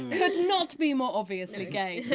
could not be more obviously gay.